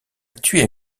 tué